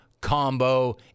combo